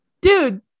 Dude